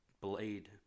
blade